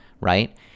right